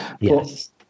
Yes